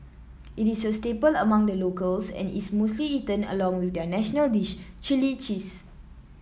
it is a staple among the locals and is mostly eaten along with their national dish chilli cheese